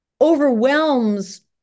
overwhelms